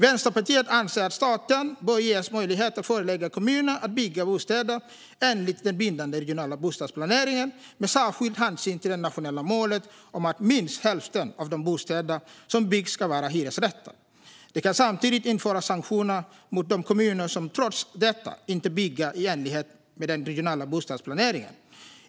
Vänsterpartiet anser att staten bör ges möjlighet att förelägga kommuner att bygga bostäder enligt den bindande regionala bostadsplaneringen, med särskild hänsyn till det nationella målet om att minst hälften av de bostäder som byggs ska vara hyresrätter. Det kan samtidigt införas sanktioner mot de kommuner som trots detta inte bygger i enlighet med den regionala bostadsplaneringen.